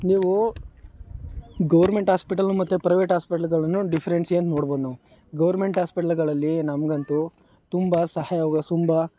ನೀವು ಗೌರ್ಮೆಂಟ್ ಆಸ್ಪೆಟಲ್ಲು ಮತ್ತು ಪ್ರೈವೇಟ್ ಆಸ್ಪೆಟ್ಲುಗಳನ್ನು ಡಿಫ್ರೆನ್ಸ್ ಏನು ನೋಡ್ಬೋದು ನಾವು ಗೌರ್ಮೆಂಟ್ ಆಸ್ಪೆಟ್ಲುಗಳಲ್ಲಿ ನಮಗಂತೂ ತುಂಬ ಸಹಾಯ ವ ತುಂಬ